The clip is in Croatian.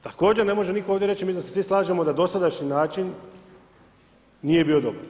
Također, ne može nitko ovdje reći, mislim da se svi slažemo da dosadašnji način nije bio dobar.